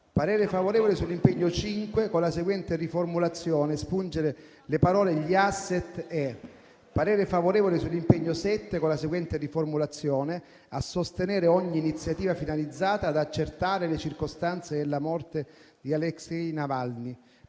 parere favorevole sull'impegno n. 7, con la seguente riformulazione: «a sostenere ogni iniziativa finalizzata ad accertare le circostanze della morte di Alexei Navalny».